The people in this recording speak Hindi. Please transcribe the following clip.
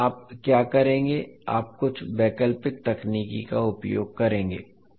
फिर आप क्या करेंगे आप कुछ वैकल्पिक तकनीक का उपयोग करेंगे